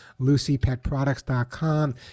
LucyPetProducts.com